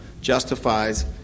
justifies